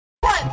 One